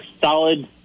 solid